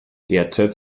derzeit